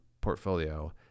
portfolio